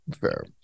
fair